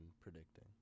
predicting